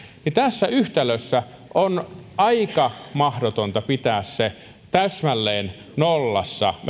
niin tässä yhtälössä on aika mahdotonta pitää se täsmälleen nollassa